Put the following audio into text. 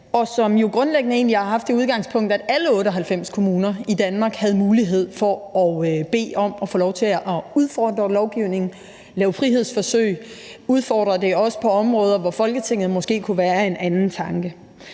grundlæggende har haft det udgangspunkt, at alle 98 kommuner i Danmark havde mulighed for at bede om at få lov til at udfordre lovgivningen, lave frihedsforsøg og udfordre også på områder, hvor Folketinget måske kunne være af en anden